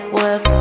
work